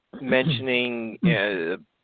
mentioning